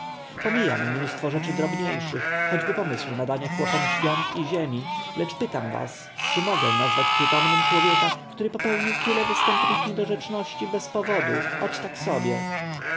bandytami pomijam mnóstwo rzeczy drobniejszych choćby pomysł nadania chłopom świąt i ziemi lecz pytam was czy mogę nazywać przytomnym człowieka który popełnił tyle występnych niedorzeczności bez powodu oto tak sobie